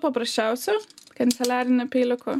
paprasčiausiu kanceliariniu peiliuku